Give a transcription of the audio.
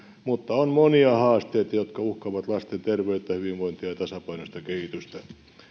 mutta on monia haasteita jotka uhkaavat lasten terveyttä hyvinvointia ja tasapainoista kehitystä